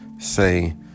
Say